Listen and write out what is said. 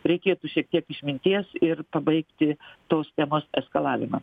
reikėtų šiek tiek išminties ir pabaigti tos temos eskalavimą